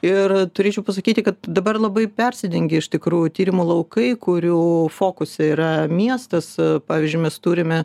ir turėčiau pasakyti kad dabar labai persidengia iš tikrųjų tyrimo laukai kurių fokuse yra miestas pavyzdžiui mes turime